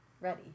ready